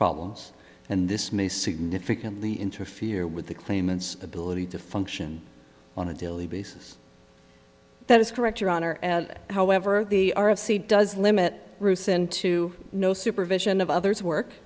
problems and this may significantly interfere with the claimants ability to function on a daily basis that is correct your honor however the r of c does limit rusin to no supervision of others work